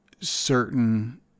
certain